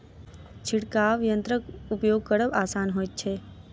छिटबाक यंत्रक उपयोग करब आसान होइत छै